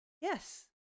Yes